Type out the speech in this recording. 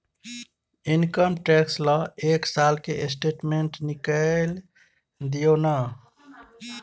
Income tax ल एक साल के स्टेटमेंट निकैल दियो न?